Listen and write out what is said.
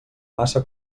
massa